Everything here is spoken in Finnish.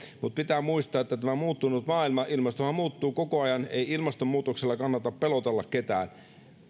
mutta pitää muistaa että tämä muuttunut maailma ilmastohan muuttuu koko ajan ei ilmastonmuutoksella kannata pelotella ketään